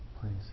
Please